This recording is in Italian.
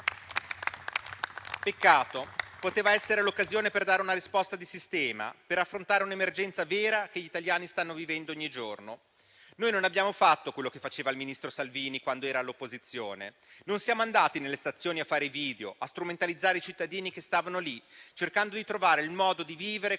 Peccato: poteva essere l'occasione per dare una risposta di sistema, per affrontare un'emergenza vera che gli italiani stanno vivendo ogni giorno. Noi non abbiamo fatto quello che faceva il ministro Salvini quando era all'opposizione. Non siamo andati nelle stazioni a fare i video, a strumentalizzare i cittadini che stavano lì, cercando di trovare il modo di vivere